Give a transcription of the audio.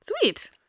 Sweet